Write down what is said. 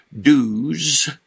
dues